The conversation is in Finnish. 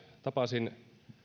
tapasin